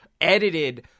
edited